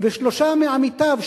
ושלושה מעמיתיו,